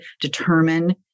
determine